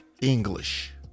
English